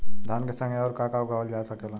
धान के संगे आऊर का का उगावल जा सकेला?